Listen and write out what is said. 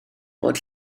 bod